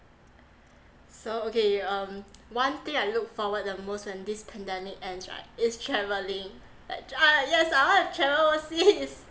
so okay um one thing I look forward the most when this pandemic ends right is travelling like ah yes I want to travel overseas